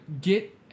get